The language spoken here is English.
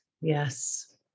Yes